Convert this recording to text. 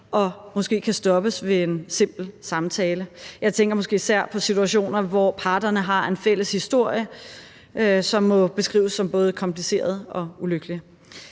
og måske kan stoppes ved en simpel samtale. Jeg tænker måske især på situationer, hvor parterne har en fælles historie, som må beskrives som både kompliceret og ulykkelig.